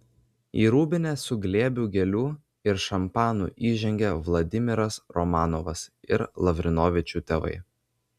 į rūbinę su glėbiu gėlių ir šampanu įžengė vladimiras romanovas ir lavrinovičių tėvai